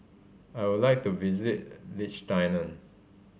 I would like to visit Liechtenstein